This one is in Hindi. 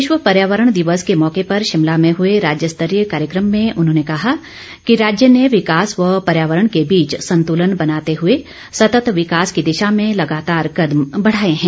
विश्व पर्यावरण दिवस के मौके पर शिमला में हुए राज्य स्तरीय कार्यक्रम में उन्होंने कहा कि राज्य ने विकास व पर्यावरण के बीच संतुलन बनाते हुए सतत विकास की दिशा में लगातार कदम बढ़ाए हैं